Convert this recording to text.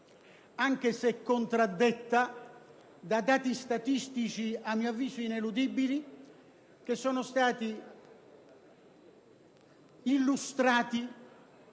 anche se è contraddetta dai dati statistici - a mio avviso ineludibili - che sono stati illustrati